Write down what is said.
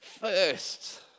first